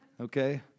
okay